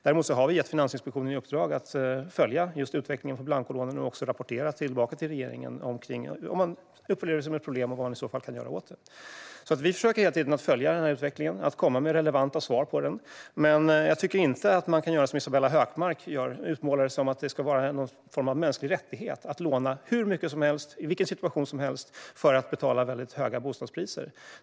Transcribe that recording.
Däremot har vi gett Finansinspektionen i uppdrag att följa utvecklingen för blankolånen och rapportera tillbaka till regeringen om man upplever det som ett problem och vad man i så fall kan göra åt det. Vi försöker hela tiden följa utvecklingen och komma med relevanta svar på den. Jag tycker inte att man kan göra som Isabella Hökmark gör och utmåla det som att det ska vara någon form av mänsklig rättighet att låna hur mycket som helst i vilken situation som helst för att betala väldigt höga bostadspriser.